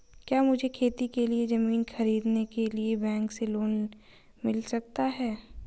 क्या मुझे खेती के लिए ज़मीन खरीदने के लिए बैंक से लोन मिल सकता है?